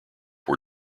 were